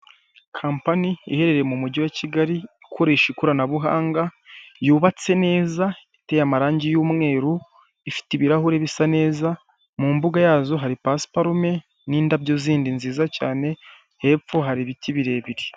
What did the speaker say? Kampani iherereye mu mujyi wa Kigali ikoresha ikoranabuhanga yubatse neza iteye amarangi y'umweru, ifite ibirahuri bisa neza mu mbuga yazo hari pasiparume n'indabyo zindi nziza cyane hepfo hari ibiti birebire.